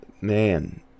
Man